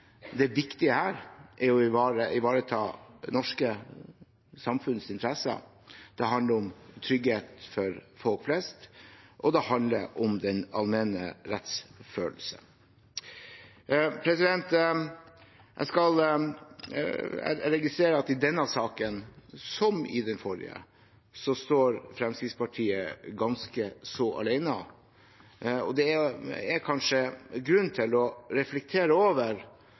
det viktige her er å ivareta det norske samfunnets interesser. Det handler om trygghet for folk flest, og det handler om den allmenne rettsfølelse. Jeg registrerer at i denne saken, som i den forrige, står Fremskrittspartiet ganske så alene. Det er kanskje grunn til, for de øvrige partiene i denne sal, å reflektere over